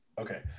Okay